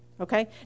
okay